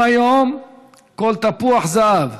גם היום כל תפוח זהב